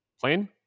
Plane